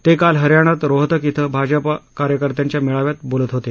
ते काल हरयाणात रोहतक इथं भाजपा कार्यकर्त्यांच्या मेळाव्यात बोलत होते